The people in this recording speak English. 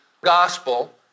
gospel